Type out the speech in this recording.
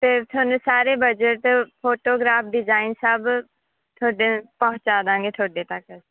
ਫੇਰ ਤੁਹਾਨੂੰ ਸਾਰੇ ਬਜਟ ਫੋਟੋਗ੍ਰਾਫ ਡਿਜ਼ਾਇਨ ਸਭ ਤੁਹਾਡੇ ਪਹੁੰਚਾ ਦੇਵਾਂਗੇ ਤੁਹਾਡੇ ਤੱਕ